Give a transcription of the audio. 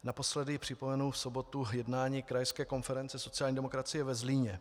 Naposledy připomenu v sobotu jednání krajské konference sociální demokracie ve Zlíně.